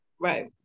Right